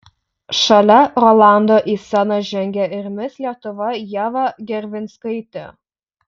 šalia rolando į sceną žengė ir mis lietuva ieva gervinskaitė